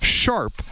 Sharp